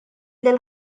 lil